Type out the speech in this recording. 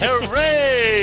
Hooray